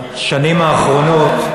בשנים האחרונות,